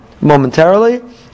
momentarily